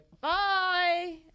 bye